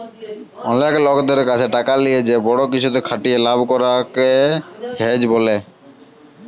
অলেক লকদের ক্যাছে টাকা লিয়ে যে বড় কিছুতে খাটিয়ে লাভ করাক কে হেজ ব্যলে